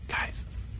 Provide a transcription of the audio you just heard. Guys